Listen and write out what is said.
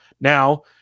Now